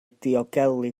diogelu